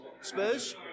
Spurs